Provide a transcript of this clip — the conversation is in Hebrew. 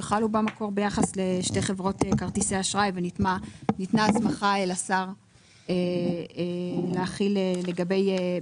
שחלו במקור ביחס לשתי חברות כרטיסי אשראי וניתנה הסמכה לשר להחיל ביחס